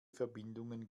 verbindungen